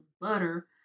butter